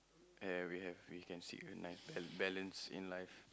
and we have we can seek a nice balance in life